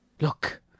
look